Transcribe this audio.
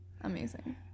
Amazing